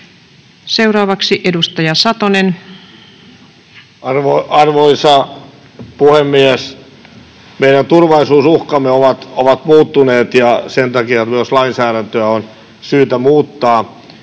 Time: 16:46 Content: Arvoisa puhemies! Meidän turvallisuusuhkamme ovat muuttuneet, ja sen takia myös lainsäädäntöä on syytä muuttaa.